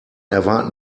erwarten